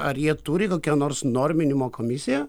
ar jie turi kokią nors norminimo komisiją